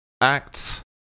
acts